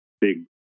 big